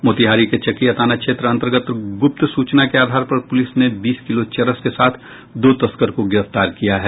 मोतिहारी के चकिया थाना क्षेत्र अंतर्गत गूप्त सूचना के आधार पर पूलिस ने बीस किलो चरस के साथ दो तस्कर को गिरफ्तार किया है